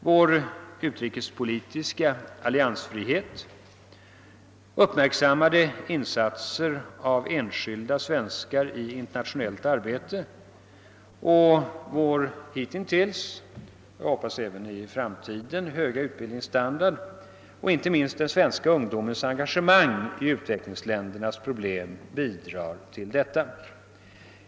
Vår = utrikespolitiska alliansfrihet, uppmärksammade insatser av enskilda svenskar i internationellt arbete och vår hitintills — jag hoppas även i framtiden — höga utbildningsstandard samt inte minst den svenska ungdomens engagemang i utvecklingsländernas problem bidrar härtill.